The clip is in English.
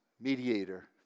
mediator